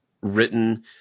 written